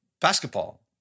basketball